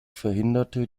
verhinderte